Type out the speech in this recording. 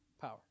power